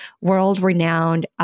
world-renowned